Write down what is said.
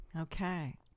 okay